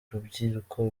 rubyiruko